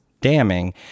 damning